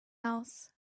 else